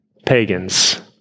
Pagans